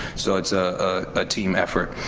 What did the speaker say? so it's a team effort,